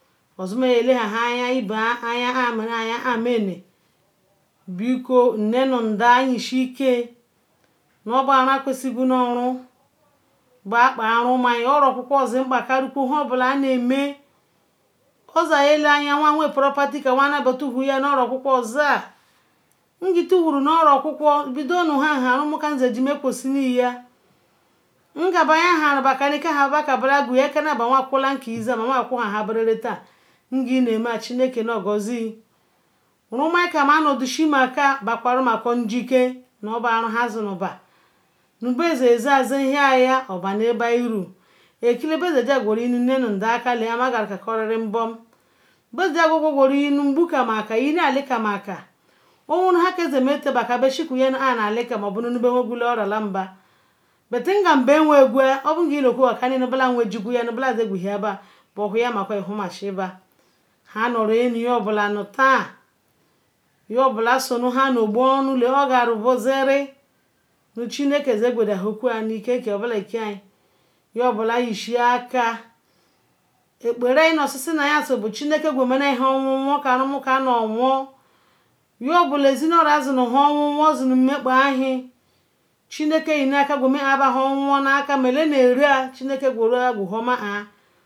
ozioma ya na ka ayan me ru an ayan ati minal biko nne nu nda anu ishi ehan nubo arom akwe siri nu oro okuku osiya kpa karu kwu han nami ozi yin ka nu awenya wen property ke awonya ye ozonu iohol ba yala ba kani ka bo nhan ba ka awai yo ku ika oza. Nkula kezem ma ya zor kuhan beriri tan ngan ine mel chineke yo gozia nvum kan andodo si ba kwaru engike nu bo zinuba nu bezen zensaya oyo obonu mgbo oyinu baker ya massinu eli kam oweru nhan yeme nu eli kan yinka nu oralam ba ahin sibo nube wenren ba yaka nu bei wenji ju a nu bola ya gu aba ba bo woryan ihun messi ba nhan a nario yobola tan yoba sorou nu nhan nobonu ikeka chineke chineke ya go dan kware obola nu iken ekpere yan nuisi ma ayan son chineke gumenaw nhai wonwon ka rumuyin nu won yin nwon zinu howon won zinu nmekpa hen chineke guhuma nu aker bama dey na ral ral chineke gumenau ma rumuyin ala